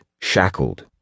shackled